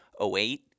08